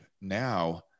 Now